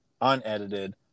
unedited